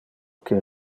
que